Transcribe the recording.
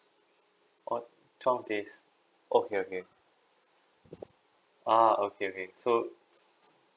oh twelve days okay okay ah okay okay so